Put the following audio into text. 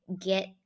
get